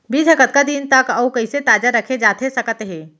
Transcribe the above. बीज ह कतका दिन तक अऊ कइसे ताजा रखे जाथे सकत हे?